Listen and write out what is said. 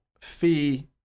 fee